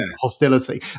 hostility